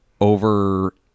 over